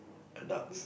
conduct